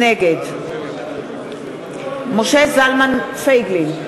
נגד משה זלמן פייגלין,